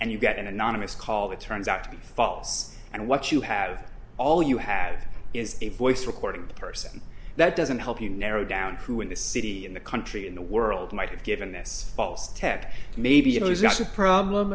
and you get an anonymous call it turns out to be false and what you have all you have is a voice recording a person that doesn't help you narrow down who in this city in the country in the world might have given this false test maybe